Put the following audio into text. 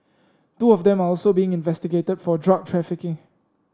two of them are also being investigated for drug trafficking